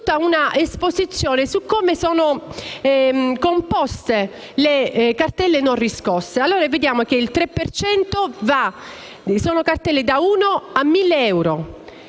fatto un'esposizione su come sono composte le cartelle non riscosse: il 3 per cento sono cartelle da 1 a 1.000 euro,